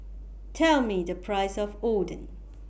Tell Me The Price of Oden